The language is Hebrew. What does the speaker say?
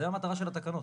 זו המטרה של הבדיקות.